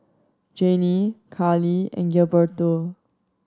Janie Carli and Gilberto